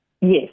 Yes